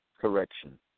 correction